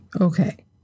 Okay